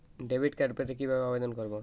Debit card পেতে কিভাবে আবেদন করব?